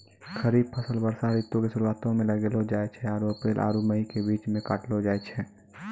खरीफ फसल वर्षा ऋतु के शुरुआते मे लगैलो जाय छै आरु अप्रैल आरु मई के बीच मे काटलो जाय छै